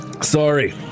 Sorry